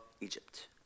Egypt